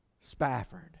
Spafford